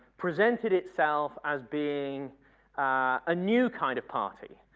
presented itself as being a new kind of party,